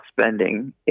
spending